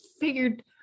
figured